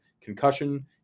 concussion